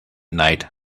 night